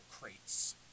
crates